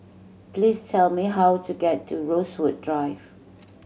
please tell me how to get to Rosewood Drive